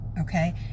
okay